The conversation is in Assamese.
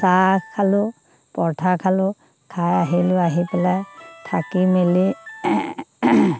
চাহ খালোঁ পৰঠা খালোঁ খাই আহিলোঁ আহি পেলাই থাকি মেলি